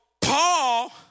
Paul